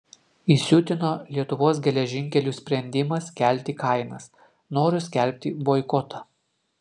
įsiutino lietuvos geležinkelių sprendimas kelti kainas noriu skelbti boikotą